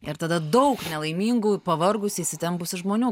ir tada daug nelaimingų pavargusių įsitempusių žmonių